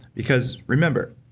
because, remember,